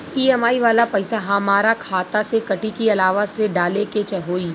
EMI वाला पैसा हाम्रा खाता से कटी की अलावा से डाले के होई?